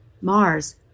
Mars